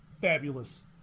fabulous